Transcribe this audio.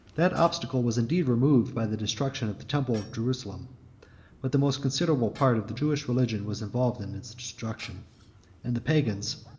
that obstacle was indeed removed by the destruction of the temple of jerusalem but the most considerable part of the jewish religion was involved in its destruction and the pagans,